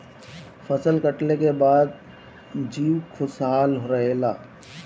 फसल कटले के बाद जीउ खुशहाल रहेला